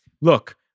look